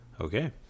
Okay